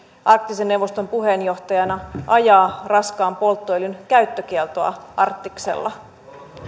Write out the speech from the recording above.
arktisen neuvoston puheenjohtajana ajaa raskaan polttoöljyn käyttökieltoa arktiksella